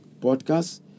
podcast